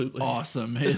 awesome